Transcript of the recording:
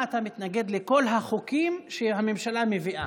אתה מתנגד לכל החוקים שהממשלה מביאה?